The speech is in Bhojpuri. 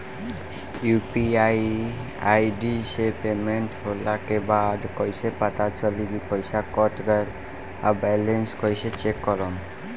यू.पी.आई आई.डी से पेमेंट होला के बाद कइसे पता चली की पईसा कट गएल आ बैलेंस कइसे चेक करम?